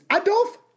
Adolf